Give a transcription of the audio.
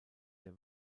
der